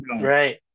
Right